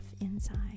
inside